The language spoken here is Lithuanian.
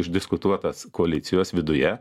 neišdiskutuotas koalicijos viduje